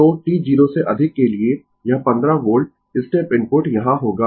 तो t 0 से अधिक के लिए यह 15 वोल्ट स्टेप इनपुट यहाँ होगा